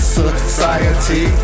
society